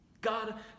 God